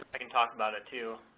i can talk about it too.